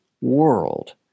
world